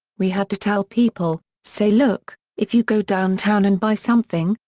we had to tell people, say look if you go downtown and buy something,